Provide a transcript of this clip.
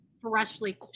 freshly